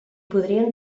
podrien